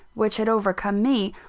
which had overcome me,